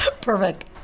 Perfect